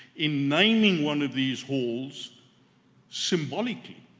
in naming one of these halls symbolically,